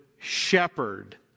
shepherd